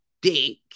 dick